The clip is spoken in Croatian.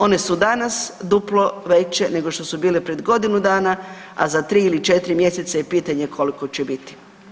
One su danas duplo veće nego što su bile pred godinu dana, za 3 ili 4 mjeseca je pitanje koliko će biti.